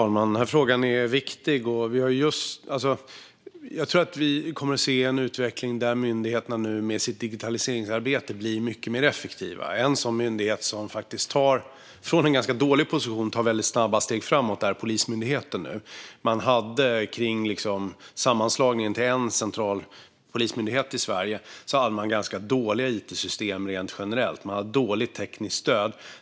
Herr talman! Frågan är viktig. Jag tror att vi kommer att se en utveckling där myndigheterna i sitt digitaliseringsarbete nu blir mycket effektivare. En sådan myndighet som från en dålig position tar snabba steg framåt är Polismyndigheten. Vid sammanslagningen till en central polismyndighet i Sverige hade man rent generellt dåliga it-system och dåligt tekniskt stöd.